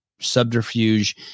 subterfuge